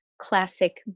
classic